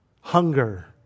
Hunger